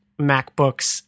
MacBooks